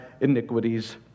iniquities